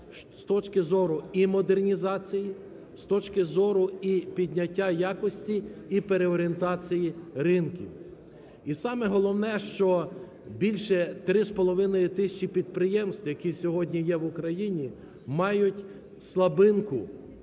з точки зору і модернізації, з точки зору і підняття якості, і переорієнтації ринків. І саме головне, що більше 3,5 тисячі підприємств, які сьогодні є в Україні, мають слабинку,